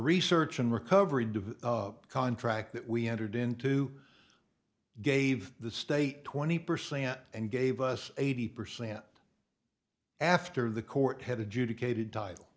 research and recovery device contract that we entered into gave the state twenty percent and gave us eighty percent after the court had adjudicated dial